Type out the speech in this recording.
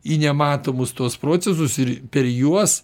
į nematomus tuos procesus ir per juos